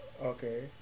okay